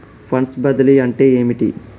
Funds బదిలీ అంటే ఏమిటి?